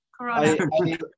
Corona